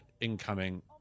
incoming